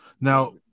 Now